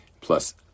Plus